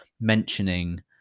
mentioning